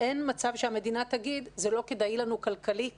אין מצב שהמדינה תגיד: לא כדאי לנו כלכלית